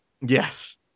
Yes